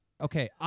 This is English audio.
Okay